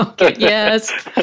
Yes